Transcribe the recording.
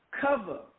cover